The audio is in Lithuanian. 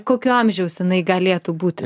kokio amžiaus jinai galėtų būti